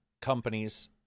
companies